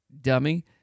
dummy